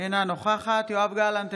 אינה נוכחת יואב גלנט,